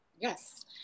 Yes